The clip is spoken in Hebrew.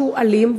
והוא אלים,